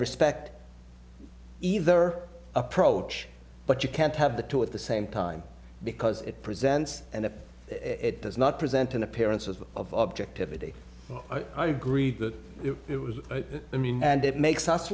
respect either approach but you can't have the two at the same time because it presents and it does not present an appearance of objective a d i agreed that it was i mean and it makes us